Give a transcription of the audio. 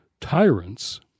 tyrants